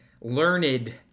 learned